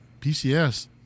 PCS